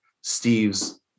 Steve's